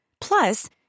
Plus